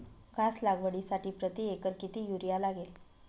घास लागवडीसाठी प्रति एकर किती युरिया लागेल?